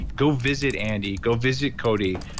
go visit andy, go visit cody,